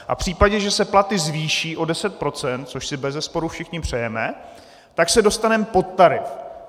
A v případě, že se platy zvýší o 10 %, což si bezesporu všichni přejeme, tak se dostaneme pod tarif.